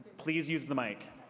please use the mic.